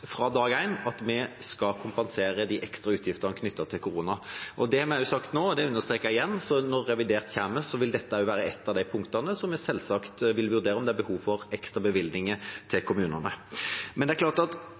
at vi skal kompensere de ekstra utgiftene knyttet til korona. Det har vi også sagt nå, og det understreker jeg igjen, så når revidert kommer, vil dette også være et av de punktene vi selvsagt vil vurdere når det gjelder om det er behov for ekstra bevilgninger til